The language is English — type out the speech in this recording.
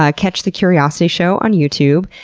ah catch the curiosity show on youtube.